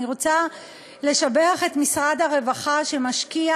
אני רוצה לשבח את משרד הרווחה שמשקיע